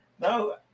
no